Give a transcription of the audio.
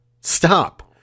Stop